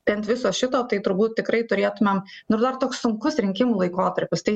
tai ant viso šito tai turbūt tikrai turėtumėm nu ir dar toks sunkus rinkimų laikotarpis tai